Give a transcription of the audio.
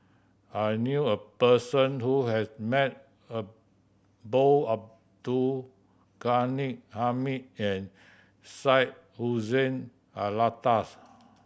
I knew a person who has met both Abdul Ghani Hamid and Syed Hussein Alatas